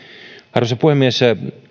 arvoisa puhemies